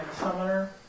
Summoner